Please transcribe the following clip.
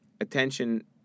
attention